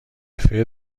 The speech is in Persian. فطر